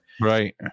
right